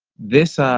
this. ah